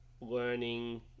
learning